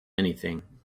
anything